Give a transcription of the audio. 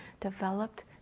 developed